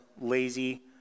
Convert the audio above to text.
lazy